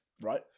right